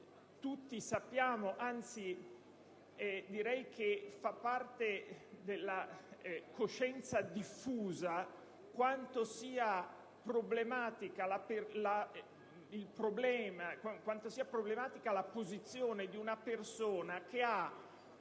Tutti sappiamo, perché fa parte della coscienza diffusa, quanto sia problematica la posizione di una persona che ha